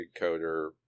encoder